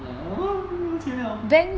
ya lor~ 没有钱了